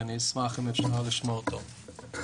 ואני אשמח אם אפשר לשמוע אותו.